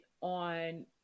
on